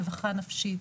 רווחה נפשית,